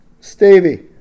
stevie